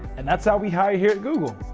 and that's how we hire here at google!